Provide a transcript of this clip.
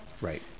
Right